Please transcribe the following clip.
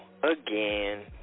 Again